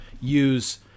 use